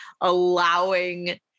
allowing